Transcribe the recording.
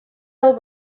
del